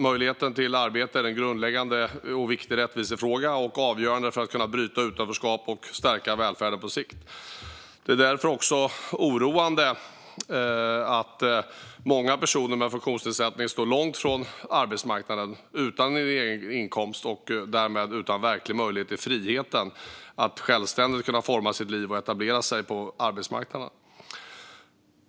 Möjligheten till arbete är en grundläggande och viktig rättvisefråga och avgörande för att bryta utanförskap och stärka välfärden på sikt. Det är därför också oroande att många personer med funktionsnedsättning står långt från arbetsmarknaden, utan en egen inkomst och därmed utan verklig möjlighet till frihet att självständigt kunna forma sitt liv och etablera sig på arbetsmarknaden.